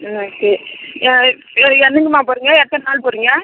ம்ம் சரி ன்னைக்குமா போறீங்க எத்தனை நாள் போறீங்க